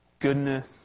goodness